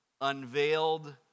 unveiled